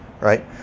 Right